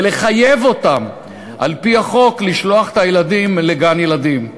ולחייב על-פי החוק לשלוח את הילדים לגן-ילדים.